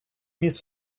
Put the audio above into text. міс